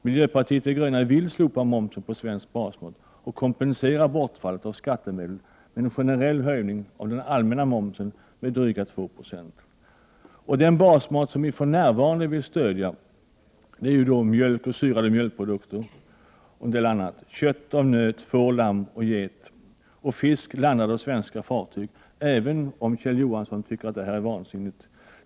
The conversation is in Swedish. Miljöpartiet de gröna vill slopa moms på svensk basmat och kompensera bortfallet av skattemedel med en generell höjning av den allmänna momsen med drygt 2 9. Den basmat som miljöpartiet för närvarande vill stödja är mjölk, syrade mjölkprodukter etc. samt kött av nöt, får, lamm och get liksom fisk landad av svenska fartyg — även om Kjell Johansson tycker att det är vansinnigt.